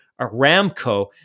Aramco